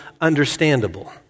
understandable